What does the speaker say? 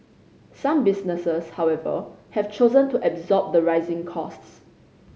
some businesses however have chosen to absorb the rising costs